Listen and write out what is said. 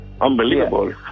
unbelievable